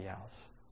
else